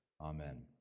Amen